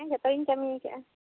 ᱦᱮᱸ ᱡᱚᱛᱚ ᱜᱮᱤᱧ ᱠᱟᱹᱢᱤ ᱟᱠᱟᱜᱼᱟ